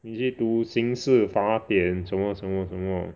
你去读刑事法典什么什么什么